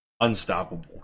unstoppable